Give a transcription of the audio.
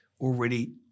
already